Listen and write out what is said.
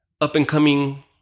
up-and-coming